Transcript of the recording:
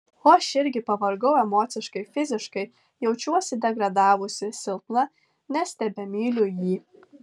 o aš irgi pavargau emociškai fiziškai jaučiuosi degradavusi silpna nes tebemyliu jį